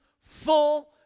full